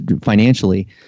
financially